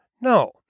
No